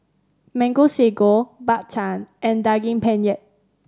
Mango Sago Bak Chang and Daging Penyet